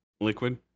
Liquid